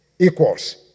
Equals